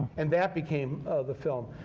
and that became the film.